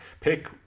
pick